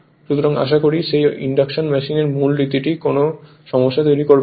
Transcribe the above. সুতরাং আশা করি সেই ইনডাকশন মেশিনের মূল নীতিটি কোনও সমস্যা তৈরি করবে না